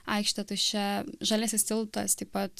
aikštė tuščia žaliasis tiltas taip pat